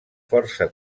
força